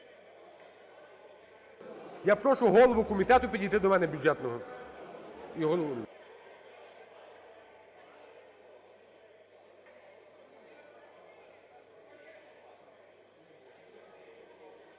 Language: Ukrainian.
Я прошу голову комітету підійти до мене, бюджетного.